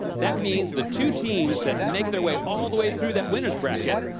that means the two teams that make their way all the way through that winners bracket,